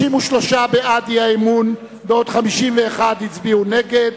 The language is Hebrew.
33 בעד האי-אמון, 51 הצביעו נגד,